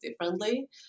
differently